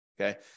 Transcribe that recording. Okay